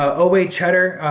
oa cheddar,